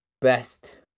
best